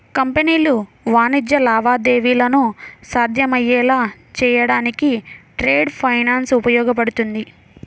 కంపెనీలు వాణిజ్య లావాదేవీలను సాధ్యమయ్యేలా చేయడానికి ట్రేడ్ ఫైనాన్స్ ఉపయోగపడుతుంది